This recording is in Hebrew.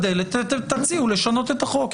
תציעו לשנות את החוק.